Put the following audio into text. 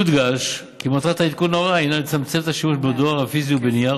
יודגש כי מטרת עדכון ההוראה הינה לצמצם את השימוש בדואר הפיזי ובנייר,